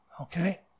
Okay